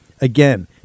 Again